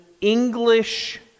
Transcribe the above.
English